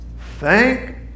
Thank